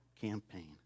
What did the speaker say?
campaign